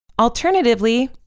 Alternatively